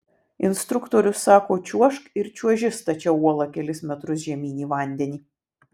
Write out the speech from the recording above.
instruktorius sako čiuožk ir čiuoži stačia uola kelis metrus žemyn į vandenį